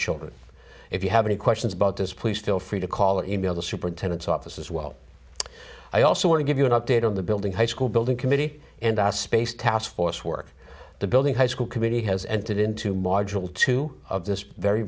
children if you have any questions about this please feel free to call or e mail the superintendent's office as well i also want to give you an update on the building high school building committee and our space task force work the building high school committee has entered into module two of this very